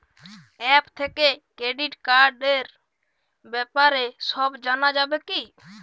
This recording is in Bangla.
অ্যাপ থেকে ক্রেডিট কার্ডর ব্যাপারে সব জানা যাবে কি?